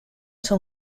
son